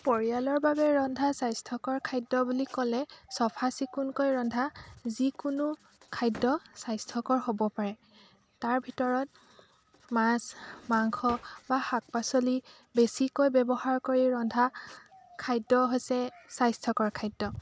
পৰিয়ালৰ বাবে ৰন্ধা স্বাস্থ্যকৰ খাদ্য বুলি ক'লে চফা চিকুণকৈ ৰন্ধা যিকোনো খাদ্য স্বাস্থ্যকৰ হ'ব পাৰে তাৰ ভিতৰত মাছ মাংস বা শাক পাচলি বেছিকৈ ব্যৱহাৰ কৰি ৰন্ধা খাদ্য হৈছে স্বাস্থ্যকৰ খাদ্য